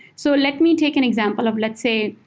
so let me take an example of, let's say,